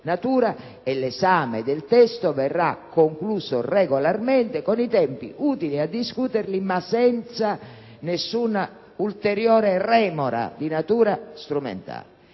e l'esame del testo verrà concluso regolarmente, con i tempi utili a discutere ma senza alcuna ulteriore remora di natura strumentale.